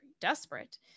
desperate